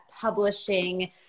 publishing